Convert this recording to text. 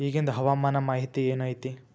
ಇಗಿಂದ್ ಹವಾಮಾನ ಮಾಹಿತಿ ಏನು ಐತಿ?